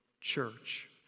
church